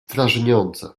drażniące